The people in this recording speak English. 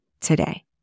today